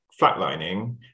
flatlining